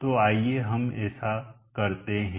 तो आइए हम ऐसा करते हैं